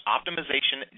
Optimization